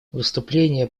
выступление